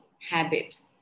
habit